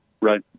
Right